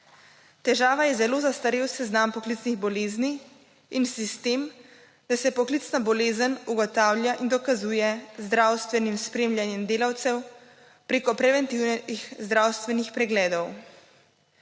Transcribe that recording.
Težava je zelo zastarel seznam poklicnih bolezni in sistem, da se poklicna bolezen ugotavlja in dokazuje z zdravstvenim spremljanjem delavcev prek preventivnih zdravstvenih pregledov.